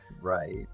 Right